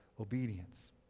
obedience